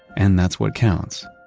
and that's what counts.